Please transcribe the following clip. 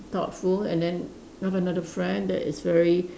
thoughtful and then I've another friend that is very